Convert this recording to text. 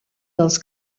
dels